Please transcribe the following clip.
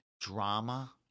drama